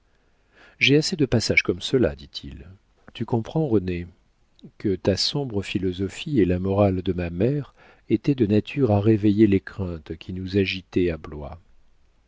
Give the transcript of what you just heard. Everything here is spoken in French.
j'ai assez de passages comme cela dit-il tu comprends renée que ta sombre philosophie et la morale de ma mère étaient de nature à réveiller les craintes qui nous agitaient à